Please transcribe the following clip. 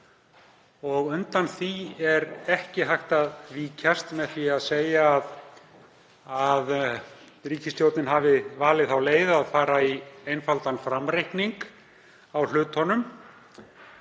Undan því er ekki hægt að víkjast með því að segja að ríkisstjórnin hafi valið þá leið að fara í einfaldan framreikning á hlutunum.